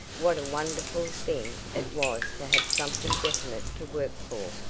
what a wonderful thing it was to have something definite to work for!